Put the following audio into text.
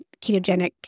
ketogenic